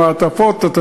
במעטפות וכו',